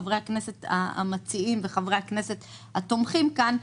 חברי הכנסת המציעים וחברי הכנסת התומכים כאן,